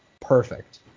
perfect